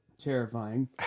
terrifying